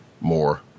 more